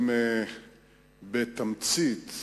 בתמצית,